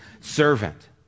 servant